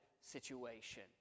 situation